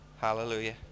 hallelujah